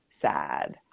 sad